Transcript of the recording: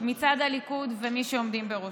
מצד הליכוד ומי שעומדים בראשו.